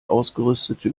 ausgerüstete